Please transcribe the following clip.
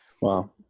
wow